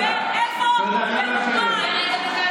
חברת הכנסת